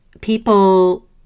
people